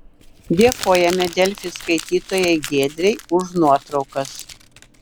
dėkojame delfi skaitytojai giedrei už nuotraukas